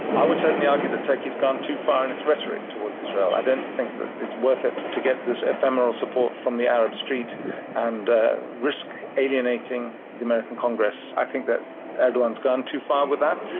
i would certainly argue that turkey's gone too far in its rhetoric towards israel. i don't think that it's worth it to get this ephemeral support from the arab street and risk alienating the american congress. i think that erdogan's gone too far with that,